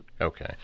okay